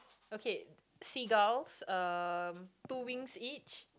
okay seagulls um two wings each